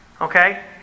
Okay